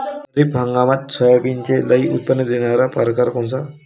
खरीप हंगामात सोयाबीनचे लई उत्पन्न देणारा परकार कोनचा?